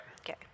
Okay